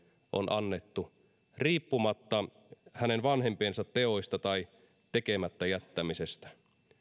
on annettu riippumatta hänen vanhempiensa teoista tai tekemättä jättämisistä